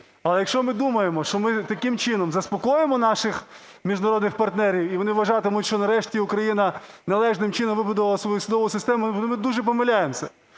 Але якщо ми думаємо, що ми таким чином заспокоїмо наших міжнародних партнерів, і вони вважатимуть, що нарешті Україна належним чином вибудувала свою судову систему, ми дуже помиляємося.